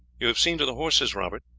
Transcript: you have seen to the horses, robert?